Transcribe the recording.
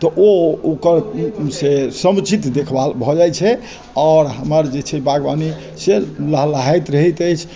तऽ ओ ओकर से समुचित देखभाल भऽ जाइ छै आओर हमर जे छै बागवानी से लहलहाइत रहैत अछि